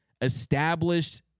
established